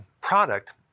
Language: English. product